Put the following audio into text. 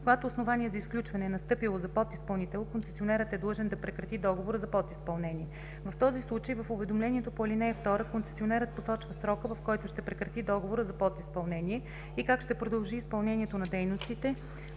Когато основание за изключване е настъпило за подизпълнител концесионерът е длъжен да прекрати договора за подизпълнение. В този случай в уведомлението по ал. 2 концесионерът посочва срока, в който ще прекрати договора за подизпълнение и как ще продължи изпълнението на дейностите